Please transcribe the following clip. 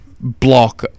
block